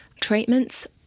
treatments